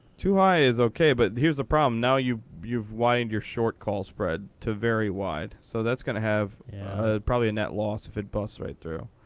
too high is ok, but here's the problem. now you've you've widened your short call spread to very wide. so that's going to have probably a net loss if it busts right through.